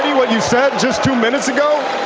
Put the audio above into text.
um what you said just two minutes ago.